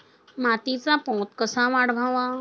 मातीचा पोत कसा वाढवावा?